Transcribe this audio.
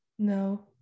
No